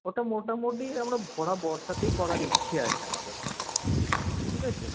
ওটা মোটামোটি একটা ভরা বর্ষাতেই করার ইচ্ছে আছে আমাদের ঠিক আছে